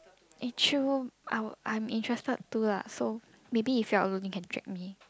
eh true I'll I'm interested too lah so maybe if you're alone you can drag me